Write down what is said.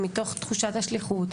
מתוך תחושת השליחות,